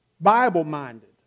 Bible-minded